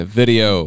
video